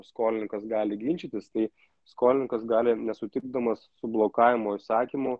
skolininkas gali ginčytis tai skolininkas gali nesutikdamas su blokavimo įsakymu